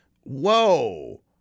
whoa